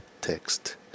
text